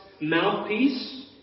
mouthpiece